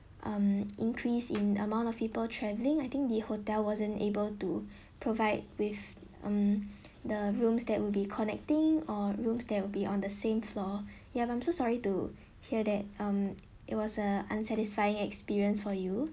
um increase in amount of people travelling I think the hotel wasn't able to provide with um the rooms that will be connecting or rooms that will be on the same floor ya I'm I'm so sorry to hear that um it was a unsatisfying experience for you